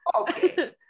Okay